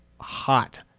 hot